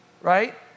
right